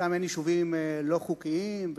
שם אין יישובים לא חוקיים,